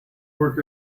work